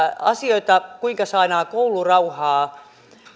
asioita joilla saadaan koulurauhaa